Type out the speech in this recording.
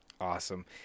Awesome